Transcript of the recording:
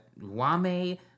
Wame